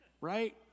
right